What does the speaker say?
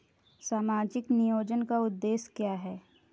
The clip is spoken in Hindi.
सामाजिक नियोजन का उद्देश्य क्या है?